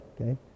Okay